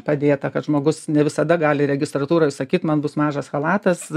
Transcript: padėta kad žmogus ne visada gali registratūroje sakyti man bus mažas chalatas